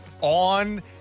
on